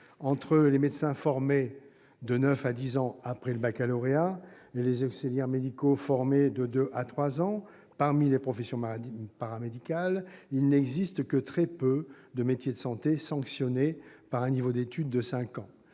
Entre les médecins formés de neuf à dix ans après le baccalauréat et les auxiliaires médicaux formés de deux à trois ans, parmi les professions paramédicales, il n'existe que très peu de métiers de santé sanctionnés par un niveau d'études de cinq ans.